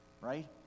right